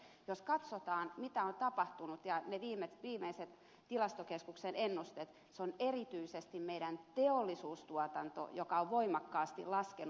jos katsotaan mitä on tapahtunut ja viimeiset tilastokeskuksen ennusteet meidän teollisuustuotantomme on erityisesti se joka on voimakkaasti laskenut